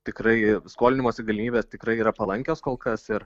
tikrai skolinimosi galimybės tikrai yra palankios kol kas ir